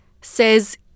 says